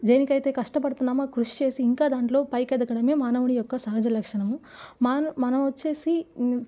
దేనికైతే కష్టపడుతున్నామో అది కృషి చేసి ఇంకా దాంట్లో పైకి ఎదగడమే మానవుని యొక్క సహజ లక్షణము మాన మనం వచ్చేసి